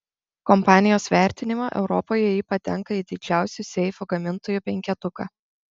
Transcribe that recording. kompanijos vertinimu europoje ji patenka į didžiausių seifų gamintojų penketuką